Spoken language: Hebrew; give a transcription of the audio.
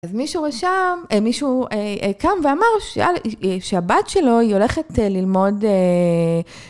אז מישהו רשם, מישהו קם ואמר שהבת שלו היא הולכת ללמוד.